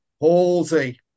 Halsey